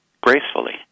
gracefully